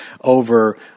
over